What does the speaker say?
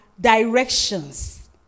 directions